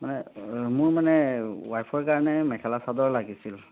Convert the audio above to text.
মানে মোৰ মানে ৱাইফৰ কাৰণে মেখেলা চাদৰ লাগিছিল